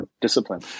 discipline